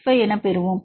65 பெறுவோம்